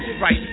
right